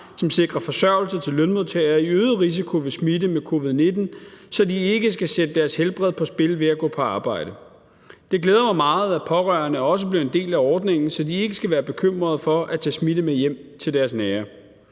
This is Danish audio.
som sikrer forsørgelse til lønmodtagere i øget risiko ved smitte med covid-19, så de ikke skal sætte deres helbred på spil ved at gå på arbejde. Det glæder mig meget, at pårørende også blev en del af ordningen, så de ikke skal være bekymrede for at tage smitte med hjem til deres nære.